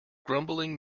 grumbling